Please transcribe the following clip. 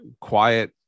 quiet